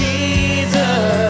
Jesus